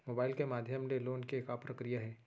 Mobile के माधयम ले लोन के का प्रक्रिया हे?